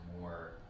more